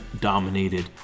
dominated